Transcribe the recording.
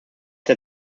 der